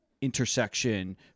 intersection